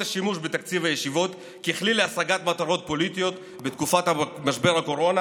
השימוש בתקציב הישיבות ככלי להשגת מטרות פוליטיות בתקופת משבר הקורונה,